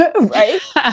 right